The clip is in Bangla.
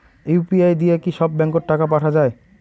ইউ.পি.আই দিয়া কি সব ব্যাংক ওত টাকা পাঠা যায়?